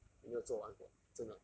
也没有做完过真的